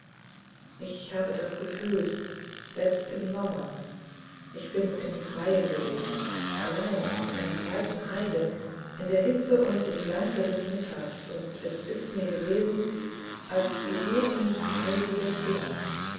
ich habe das gefühlt selbst im sommer ich bin im freien gewesen allein auf einer breiten heide in der hitze und im glanze des mittags und es ist mir gewesen als berührten mich eisige finger